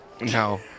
no